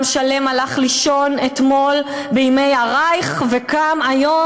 עם שלם הלך לישון אתמול בימי הרייך וקם היום